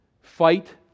Fight